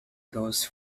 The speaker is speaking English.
goes